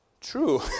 true